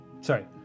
Sorry